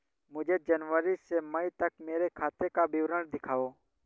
मुझे जनवरी से मई तक मेरे खाते का विवरण दिखाओ?